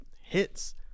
hits